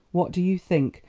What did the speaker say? what do you think?